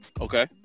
Okay